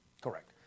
Correct